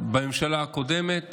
בממשלה הקודמת